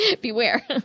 beware